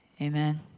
Amen